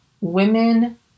women